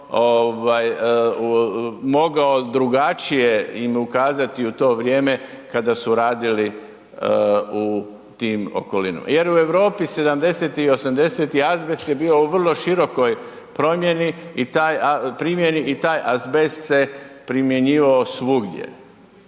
mogao drugačije im ukazati u to vrijeme kada su radili u tim okolinama, jer u Europi '70.-tih i '80.-tih azbest je bio u vrlo širokoj primjeni i taj azbest se primjenjivao svugdje.